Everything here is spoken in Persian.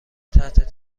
تحت